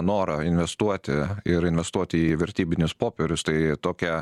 norą investuoti ir investuoti į vertybinius popierius tai tokią